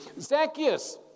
Zacchaeus